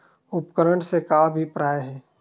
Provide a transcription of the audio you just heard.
उपकरण से का अभिप्राय हे?